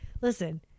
listen